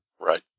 Right